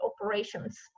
operations